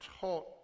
taught